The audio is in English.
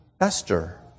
Esther